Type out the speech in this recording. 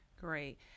Great